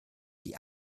die